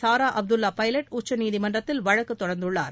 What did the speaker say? சாரா அப்துல்லா பைலட் உச்சநீதிமன்றத்தில் வழக்கு தொடர்ந்துள்ளார்